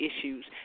issues